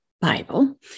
Bible